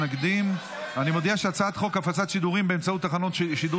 להעביר את הצעת חוק הפצת שידורים באמצעות תחנות שידור